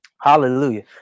Hallelujah